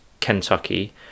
Kentucky